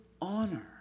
honor